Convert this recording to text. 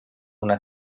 una